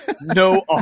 no